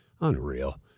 Unreal